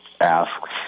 asks